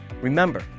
Remember